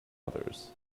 others